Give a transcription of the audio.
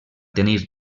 tenir